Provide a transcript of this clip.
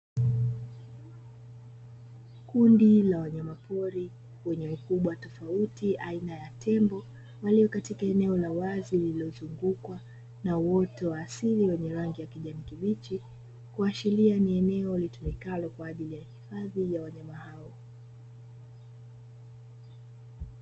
Kundi la wanyama pori wenye ukubwa tofauti aina ya tembo walio katika eneo la wazi lililozungukwa na uoto wa asili wenye rangi ya kijani kibichi, kuashiria ni eneo litumikalo kwa ajili ya uhifadhi wa wanyama hao.